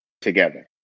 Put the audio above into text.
together